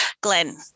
Glenn